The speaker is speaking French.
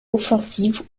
offensive